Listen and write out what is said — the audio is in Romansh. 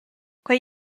quei